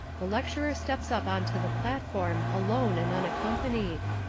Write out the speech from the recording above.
the lecturer steps up on to the platform alone and unaccompanied.